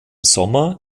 sommer